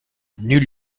nulle